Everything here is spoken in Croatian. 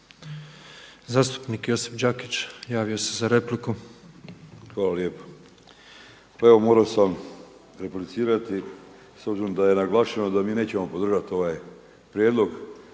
Zastupnik Josip Đakić javio se za repliku. **Đakić, Josip (HDZ)** Hvala lijepo. Pa evo morao sam replicirati s obzirom da je naglašavano da mi nećemo podržati ovaj prijedlog.